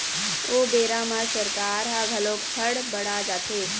ओ बेरा म सरकार ह घलोक हड़ बड़ा जाथे